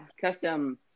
custom